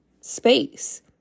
space